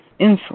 insulin